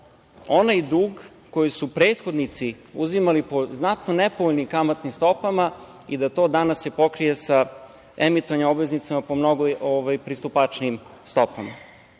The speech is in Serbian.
onaj dug koji su prethodnici uzimali po znatno nepovoljnim kamatnim stopama i da se to danas pokrije sa emitovanjem obveznica po mnogo pristupačnijim stopama. Kada